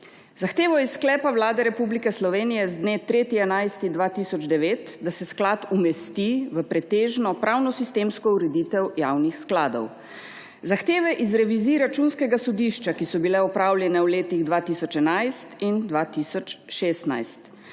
zahtevo iz sklepa Vlade Republike Slovenije z dne 3. 11. 2009, da se sklad umesti v pretežno pravnosistemsko ureditev javnih skladov; zahteve iz revizij Računskega sodišča, ki so bile opravljene v letih 2011 in 2016;